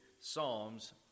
Psalms